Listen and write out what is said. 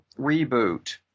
reboot